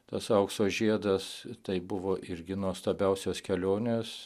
tas aukso žiedas tai buvo irgi nuostabiausios kelionės